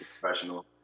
Professional